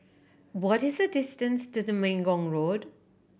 what is the distance to the Temenggong Road